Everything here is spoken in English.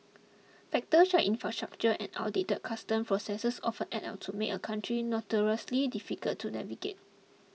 factors such as infrastructure and outdated customs processes often add up to make a country notoriously difficult to navigate